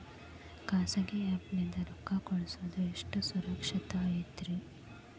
ಖಾಸಗಿ ಆ್ಯಪ್ ನಿಂದ ರೊಕ್ಕ ಕಳ್ಸೋದು ಎಷ್ಟ ಸುರಕ್ಷತಾ ಐತ್ರಿ?